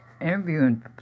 interviewing